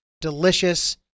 delicious